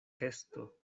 kesto